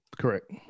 Correct